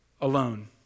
alone